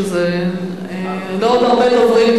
שזה לא עוד הרבה דוברים,